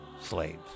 slaves